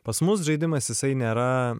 pas mus žaidimas jisai nėra